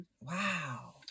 Wow